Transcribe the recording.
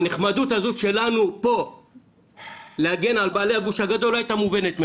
הנחמדות הזו שלנו פה להגן על בעלי הגוש הגדול לא הייתה מובנת מאליה,